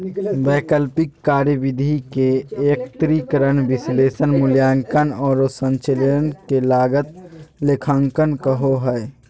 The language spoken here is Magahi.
वैकल्पिक कार्यविधि के एकत्रीकरण, विश्लेषण, मूल्यांकन औरो संक्षेपण के लागत लेखांकन कहो हइ